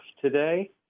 today